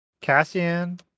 Cassian